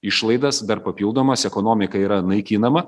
išlaidas dar papildomas ekonomika yra naikinama